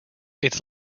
its